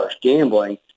gambling